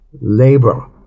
labor